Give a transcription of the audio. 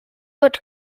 fod